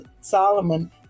Solomon